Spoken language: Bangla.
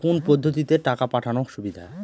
কোন পদ্ধতিতে টাকা পাঠানো সুবিধা?